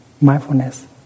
mindfulness